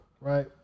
Right